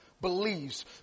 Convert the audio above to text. believes